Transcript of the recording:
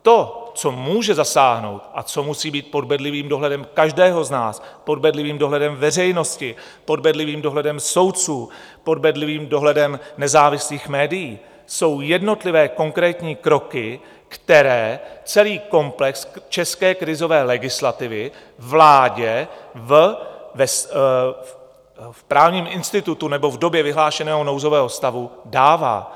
To, co může zasáhnout a co musí být pod bedlivým dohledem každého z nás, pod bedlivým dohledem veřejnosti, pod bedlivým dohledem soudců, pod bedlivým dohledem nezávislých médií, jsou jednotlivé konkrétní kroky, které celý komplex české krizové legislativy vládě v právním institutu nebo v době vyhlášeného nouzového stavu dává.